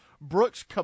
Brooks